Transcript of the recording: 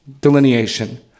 delineation